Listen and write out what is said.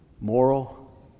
Moral